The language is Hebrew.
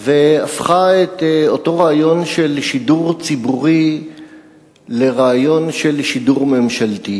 והפכה את אותו רעיון של שידור ציבורי לרעיון של שידור ממשלתי.